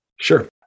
Sure